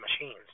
machines